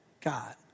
God